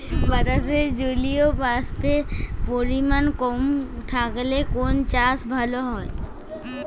বাতাসে জলীয়বাষ্পের পরিমাণ কম থাকলে কোন চাষ ভালো হয়?